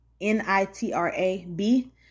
N-I-T-R-A-B